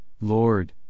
Lord